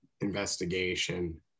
investigation